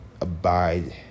abide